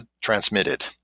transmitted